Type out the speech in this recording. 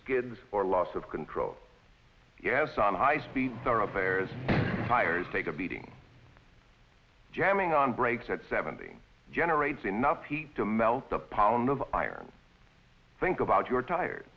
skids or loss of control yes on high speed thoroughfares tires take a beating jamming on brakes at seventeen generates enough heat to melt the pound of iron think about you're tired